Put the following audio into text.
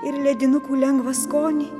ir ledinukų lengvą skonį